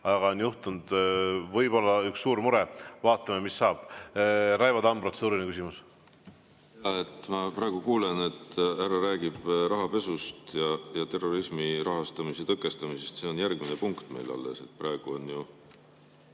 Aga on juhtunud võib-olla üks suur mure, vaatame, mis saab. Raivo Tamm, protseduuriline küsimus. Ma praegu kuulen, et härra räägib rahapesust ja terrorismi rahastamise tõkestamisest. See on järgmine punkt meil alles. Praegu